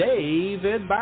David